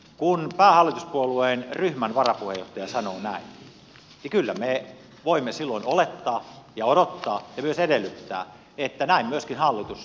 kun päähallituspuolueen ryhmän varapuheenjohtaja sanoo näin niin kyllä me voimme silloin olettaa ja odottaa ja myös edellyttää että näin myöskin hallitus toimii